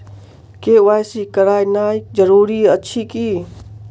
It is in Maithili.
के.वाई.सी करानाइ जरूरी अछि की?